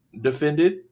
defended